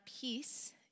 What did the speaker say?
peace